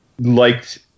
Liked